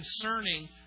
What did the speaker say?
concerning